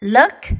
Look